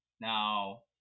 now